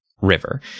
river